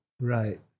Right